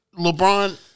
LeBron